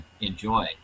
enjoy